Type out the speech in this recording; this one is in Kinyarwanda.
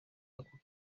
ako